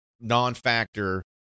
non-factor